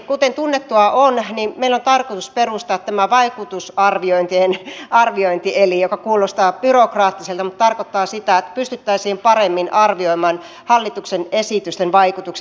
kuten tunnettua on niin meillä on tarkoitus perustaa tämä vaikutusarviointielin joka kuulostaa byrokraattiselta mutta tarkoittaa sitä että pystyttäisiin paremmin arvioimaan hallituksen esitysten vaikutuksia